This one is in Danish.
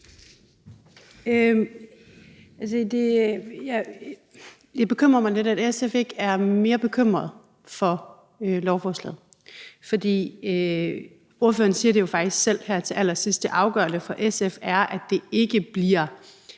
Det bekymrer mig lidt, at SF ikke er mere bekymret for lovforslaget. For ordføreren siger jo faktisk selv her til sidst, at det afgørende for SF er, at det ikke bliver